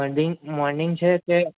પછી મોર્નિંગ છે કે